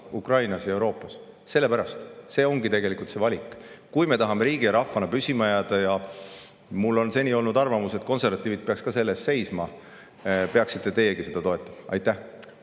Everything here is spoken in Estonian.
Ukrainas ja Euroopas – see on selle pärast. See ongi tegelikult see valik. Kui me tahame riigi ja rahvana püsima jääda – mul on seni olnud arvamus, et konservatiivid peaks ka selle eest seisma –, siis peaksite teiegi seda toetama. Aitäh!